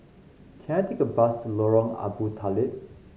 can I take a bus to Lorong Abu Talib